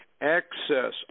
access